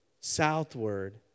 southward